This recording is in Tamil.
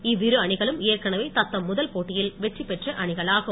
இவ்விரு அணிகளும் ஏற்கனவே த்த்தம் முதல் போட்டியில் வெற்றிபெற்ற அணிகளாகும்